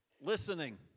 Listening